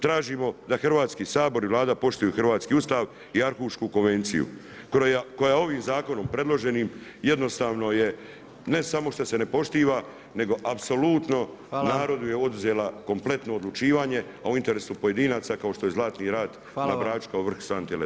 Tražimo da Hrvatski sabor i Vlada poštuju hrvatski Ustav i Arhušku konvenciju koja ovim zakonom predloženim, jednostavno je, ne samo što se ne poštiva, nego apsolutno narodu je oduzela kompletno odlučivanje a u interesu pojedinaca kao što je Zlatni rat, taj brački vrh na santi leda.